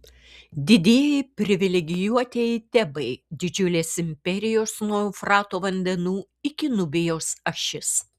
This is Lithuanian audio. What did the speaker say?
didieji privilegijuotieji tebai didžiulės imperijos nuo eufrato vandenų iki nubijos ašis